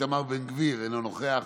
איתמר בן גביר, אינו נוכח,